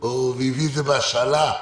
והביא את זה בהשאלה?